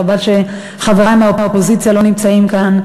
חבל שחברי מהאופוזיציה לא נמצאים כאן,